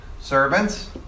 Servants